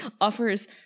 offers